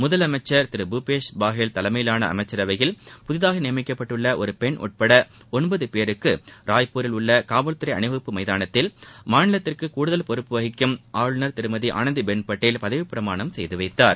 முதலமைச்சர் திரு பூபேஷ் பாஹேல் தலைமையிலான அமைச்சரவையில் புதிதாக நியமிக்கப்பட்டுள்ள ஒரு பெண் உட்பட ஒன்பது பேருக்கு ராய்ப்புரில் உள்ள காவல்தறை அணிவகுப்பு மைதானத்தில் மாநிலத்துக்கு கூடுதல் பொறுப்பு வகிக்கும் ஆளுநர் திருமதி ஆனந்திபென் பட்டேல் பதவிப் பிரமாணம் செய்து வைத்தார்